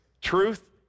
truth